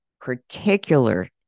particular